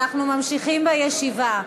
אנחנו ממשיכים בישיבה.